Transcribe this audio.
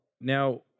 Now